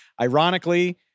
Ironically